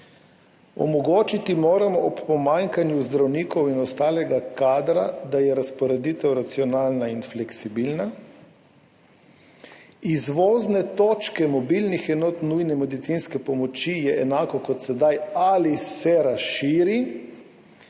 delovišč obeh. Ob pomanjkanju zdravnikov in ostalega kadra moramo omogočiti, da je razporeditev racionalna in fleksibilna. Izvozne točke mobilnih enot nujne medicinske pomoči je enako kot sedaj ali se razširi.